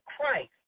Christ